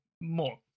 more